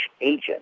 agent